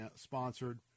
sponsored